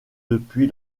depuis